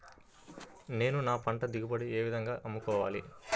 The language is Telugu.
నేను నా పంట దిగుబడిని ఏ విధంగా అమ్ముకోవాలి?